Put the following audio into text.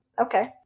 Okay